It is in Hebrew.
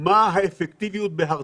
מה האפקטיביות בהרתעה.